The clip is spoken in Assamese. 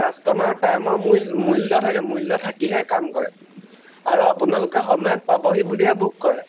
কাষ্টমাৰৰ টাইমৰ মূল মূল্য থাকে মূল্য থাকিহে কাম কৰে আৰু আপোনালোকে সময়ত পাবহি বুলিহে বুক কৰে